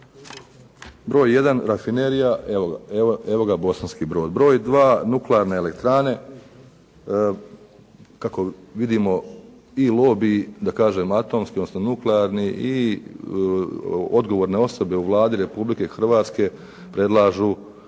broj 1 rafinerija, evo ga Bosanski Brod, broj 2 nuklearne elektrane kako vidimo i lobij, da kažem atomski, odnosno nuklearni i odgovorne osobe u Vladi Republike Hrvatske predlažu